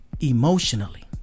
emotionally